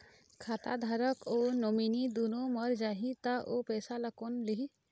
खाता धारक अऊ नोमिनि दुनों मर जाही ता ओ पैसा ला कोन लिही?